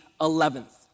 eleventh